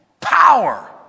Power